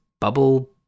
bubble